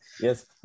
Yes